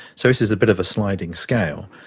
so this is a bit of a sliding scale.